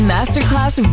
Masterclass